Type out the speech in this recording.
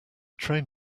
train